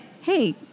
hey